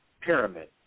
pyramid